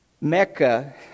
Mecca